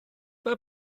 mae